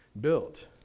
built